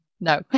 no